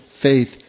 faith